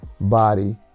body